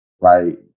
right